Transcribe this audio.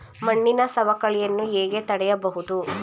ಮಣ್ಣಿನ ಸವಕಳಿಯನ್ನು ಹೇಗೆ ತಡೆಯಬಹುದು?